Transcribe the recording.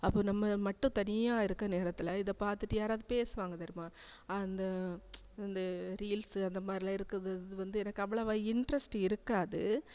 அப்போ நம்ம மட்டும் தனியாக இருக்கற நேரத்தில் இதை பார்த்துட்டு யாராது பேசுவாங்க தெரிமா அந்த இந்த ரீலிஸ்ஸு அந்த மாதிரிலாம் இருக்குது இது வந்து எனக்கு அவ்வளவா இன்ட்ரஸ்ட் இருக்காது